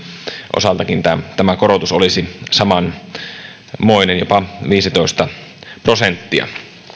osaltakin tämä tämä korotus olisi samanmoinen jopa viisitoista prosenttia